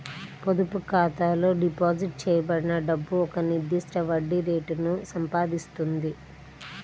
పొదుపు ఖాతాలో డిపాజిట్ చేయబడిన డబ్బు ఒక నిర్దిష్ట వడ్డీ రేటును సంపాదిస్తుంది